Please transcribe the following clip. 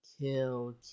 Kill